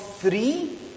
Three